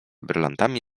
brylantami